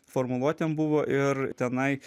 formuluotėm buvo ir tenai